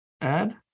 add